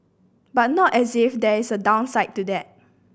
but not as if there is a downside to that